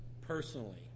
personally